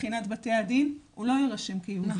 מבחינת בתי הדין הוא לא יירשם כיהודי.